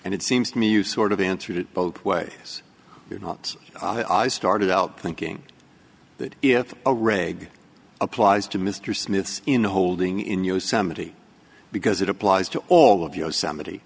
and it seems to me you've sort of answered it both ways you're not started out thinking that if a reg applies to mr smith's in holding in yosemite because it applies to all of yosemite